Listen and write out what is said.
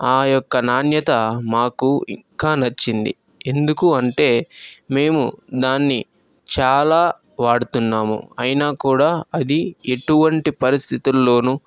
ఆ యొక్క నాణ్యత మాకు ఇంకా నచ్చింది ఎందుకు అంటే మేము దాన్ని చాలా వాడుతున్నాము అయినా కూడా అది ఎటువంటి పరిస్థితుల్లోనూ